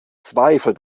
zweifel